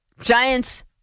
Giants